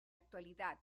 actualidad